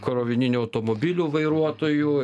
krovininių automobilių vairuotojų